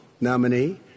nominee